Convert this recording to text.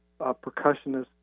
percussionist